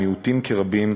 מיעוטים כרבים,